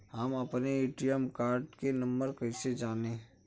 हम अपने ATM card के नंबर कइसे जानी?